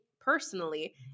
personally